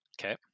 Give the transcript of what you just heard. Okay